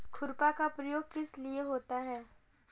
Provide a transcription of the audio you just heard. खुरपा का प्रयोग किस लिए होता है?